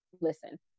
Listen